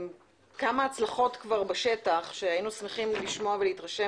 כמה הצלחות כבר בשטח שהיינו שמחים לשמוע ולהתרשם